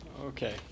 Okay